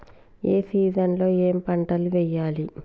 ఏ season లో ఏం పంటలు వెయ్యాలి?